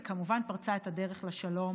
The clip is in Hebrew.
וכמובן פרצה את הדרך לשלום